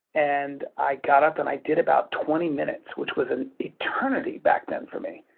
and i got up and i did about twenty minutes, which was an eternity back then for me.